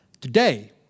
Today